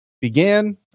began